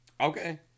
Okay